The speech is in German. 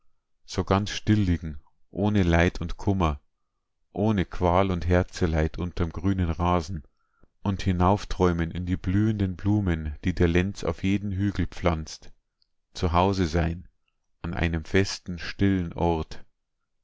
so ganz still liegen ohne leid und kummer ohne qual und herzeleid unterm grünen rasen und hinaufträumen in die blühenden blumen die der lenz auf jeden hügel pflanzt zu hause sein an einem festen stillen ort